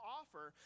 offer